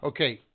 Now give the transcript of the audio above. Okay